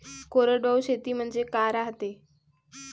कोरडवाहू शेती म्हनजे का रायते?